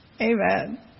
Amen